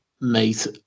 Mate